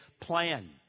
plan